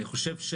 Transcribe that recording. אני חושב,